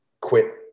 quit